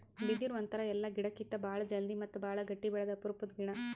ಬಿದಿರ್ ಒಂಥರಾ ಎಲ್ಲಾ ಗಿಡಕ್ಕಿತ್ತಾ ಭಾಳ್ ಜಲ್ದಿ ಮತ್ತ್ ಭಾಳ್ ಗಟ್ಟಿ ಬೆಳ್ಯಾದು ಅಪರೂಪದ್ ಗಿಡಾ